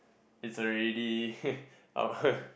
is already